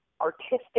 artistic